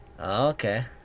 Okay